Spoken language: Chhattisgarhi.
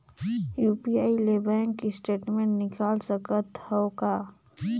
यू.पी.आई ले बैंक स्टेटमेंट निकाल सकत हवं का?